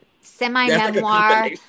semi-memoir